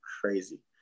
crazy